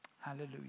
Hallelujah